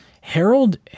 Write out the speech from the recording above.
Harold